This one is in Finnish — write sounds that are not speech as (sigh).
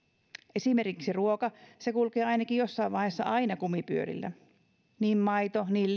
esimerkiksi ruoka se kulkee ainakin jossain vaiheessa aina kumipyörillä niin maito niin (unintelligible)